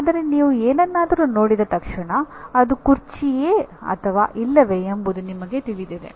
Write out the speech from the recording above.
ಆದರೆ ನೀವು ಏನನ್ನಾದರೂ ನೋಡಿದ ತಕ್ಷಣ ಅದು ಕುರ್ಚಿಯೇ ಅಥವಾ ಇಲ್ಲವೇ ಎಂಬುದು ನಿಮಗೆ ತಿಳಿದಿದೆ